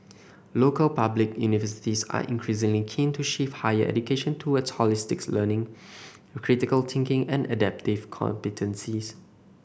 local public universities are increasingly keen to shift higher education toward holistic learning critical thinking and adaptive competences